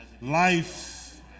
life